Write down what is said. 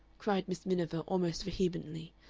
cried miss miniver, almost vehemently.